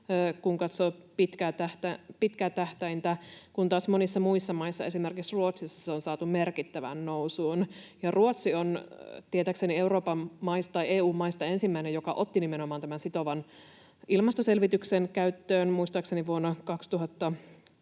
kun katsoo pitkää tähtäintä, kun taas monissa muissa maissa, esimerkiksi Ruotsissa, se on saatu merkittävään nousuun. Ja Ruotsi on tietääkseni EU-maista ensimmäinen, joka otti nimenomaan tämän sitovan ilmastoselvityksen käyttöön, muistaakseni vuonna 2022,